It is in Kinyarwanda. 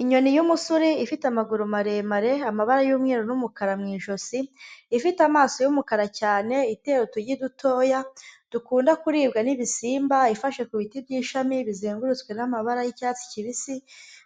Inyoni y'umusuri ifite amaguru maremare, amabara y'umweru n'umukara mu ijosi, ifite amaso y'umukara cyane, itera utugi dutoya dukunda kuribwa n'ibisimba, ifashe ku biti by'ishami bizengurutswe n'amabara y'icyatsi kibisi